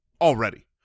already